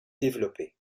développé